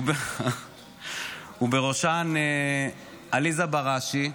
ובראשם עליזה בראשי.